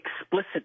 explicit